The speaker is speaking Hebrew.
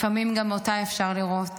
לפעמים גם אותה אפשר לראות,